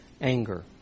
anger